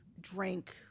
drank